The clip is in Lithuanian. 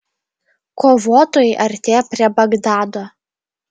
kovotojai artėja prie bagdado